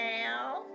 now